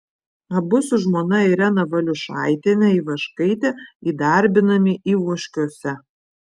abu su žmona irena valiušaitiene ivaškaite įdarbinami ivoškiuose